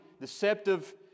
deceptive